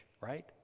right